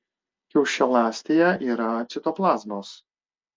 kiaušialąstėje yra citoplazmos